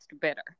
bitter